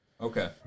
Okay